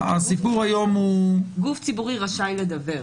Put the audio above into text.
הסיפור היום הוא -- גוף ציבור רשאי לדוור,